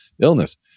illness